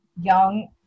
young